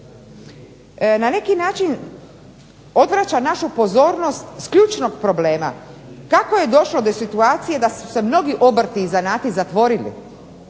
na neki način odvraća našu pozornost s ključnog problema, kako je došlo do situacije da su se mnogi obrti i zanati zatvorili,